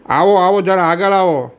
આવો આવો જરા આગળ આવો